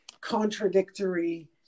contradictory